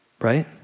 right